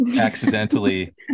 accidentally